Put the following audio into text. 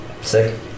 sick